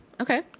Okay